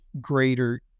greater